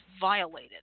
violated